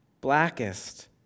Blackest